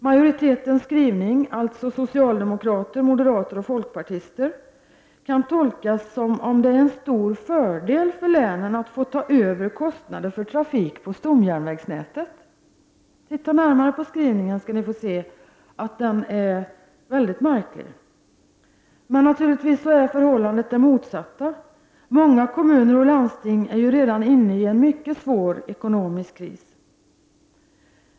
Majoriteten, alltså socialdemokrater, moderater och folkpartister, står för en skrivning som kan tolkas som om det är en stor fördel för länen att få ta över kostnaderna för trafik på stomjärnvägsnätet. Titta närmare på skrivningen, skall ni få se att den är mycket märklig. Naturligtvis är förhållandet det motsatta. Många kommuner och landsting är redan inne i en mycket svår ekonomisk kris.